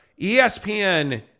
ESPN